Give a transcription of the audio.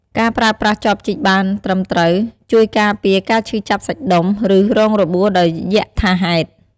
ការប្រើប្រាស់ចបជីកបានត្រឹមត្រូវ ជួយការពារការឈឺចាប់សាច់ដុំ ឬរងរបួសដោយយក្សថាហេតុ។